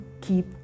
keep